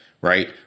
Right